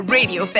Radio